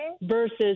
versus